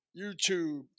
YouTube